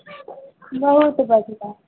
बहुत बढ़िआँ